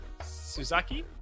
Suzaki